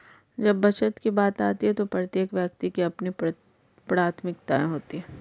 जब बचत की बात आती है तो प्रत्येक व्यक्ति की अपनी प्राथमिकताएं होती हैं